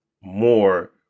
more